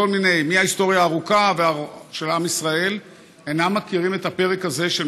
מההיסטוריה הארוכה של עם ישראל אינם מכירים את הפרק הזה של